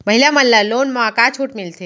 महिला मन ला लोन मा का छूट मिलथे?